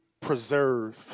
preserve